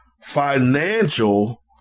financial